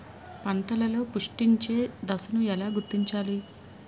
పంటలలో పుష్పించే దశను ఎలా గుర్తించాలి?